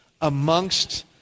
amongst